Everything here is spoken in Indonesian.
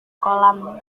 kolam